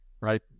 right